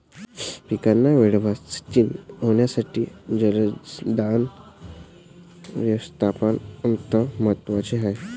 पिकांना वेळेवर सिंचन होण्यासाठी जलसंसाधन व्यवस्थापन अत्यंत महत्त्वाचे आहे